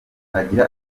agira